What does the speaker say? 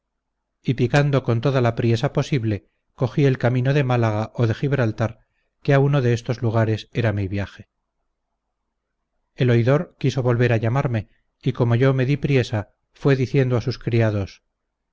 y picando con toda la priesa posible cogí el camino de málaga o de gibraltar que a uno de estos lugares era mi viaje el oidor quiso volver a llamarme y como yo me di priesa fue diciendo a sus criados